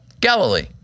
Galilee